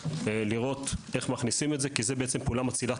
לראות איך מכניסים את זה כי זו פעולה מצילת